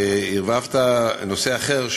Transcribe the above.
וערבבת נושא אחר,